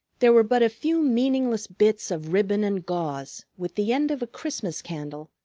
there were but a few meaningless bits of ribbon and gauze, with the end of a christmas candle,